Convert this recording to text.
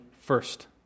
first